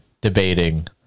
debating